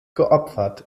geopfert